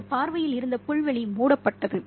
அவரது பார்வையில் இருந்து புல்வெளி மூடப்பட்டது